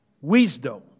wisdom